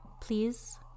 Please